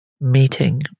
meeting